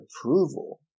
approval